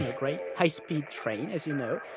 ah great high speed train, as you know.